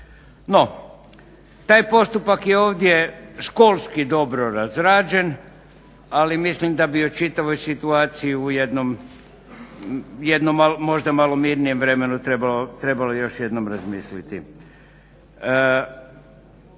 No, taj postupak je ovdje školski dobro razrađen ali mislim da bi u čitavoj situaciji u jednom možda malo mirnijem vremenu trebalo još jednom razmisliti.